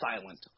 silent